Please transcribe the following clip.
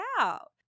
out